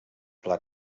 pla